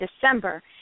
December